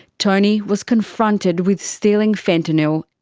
tony was confronted with stealing fentanyl.